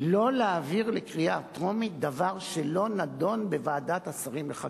שלא להעביר לקריאה טרומית דבר שלא נדון בוועדת השרים לחקיקה,